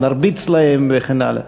ונרביץ להם וכן הלאה,